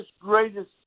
greatest